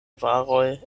varoj